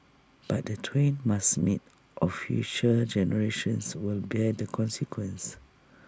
but the twain must meet or future generations will bear the consequences